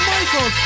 Michael